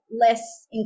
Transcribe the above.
less